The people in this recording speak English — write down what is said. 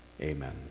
amen